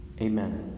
Amen